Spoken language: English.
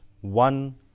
one